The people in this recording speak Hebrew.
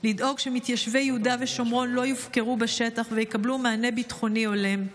לדאוג שמתיישבי יהודה ושומרון לא יופקרו בשטח ויקבלו מענה ביטחוני הולם.